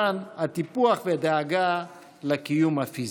וחשובים לא פחות כמובן הם הטיפוח והדאגה לקיום הפיזי.